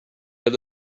had